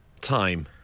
Time